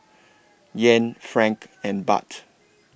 Yen Franc and Baht